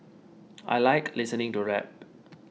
I like listening to rap